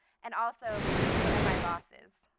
and also, one of my bosses.